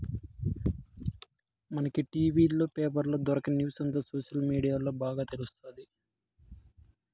మనకి టి.వీ లు, పేపర్ల దొరకని న్యూసంతా సోషల్ మీడియాల్ల బాగా తెలుస్తాది